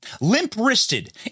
Limp-wristed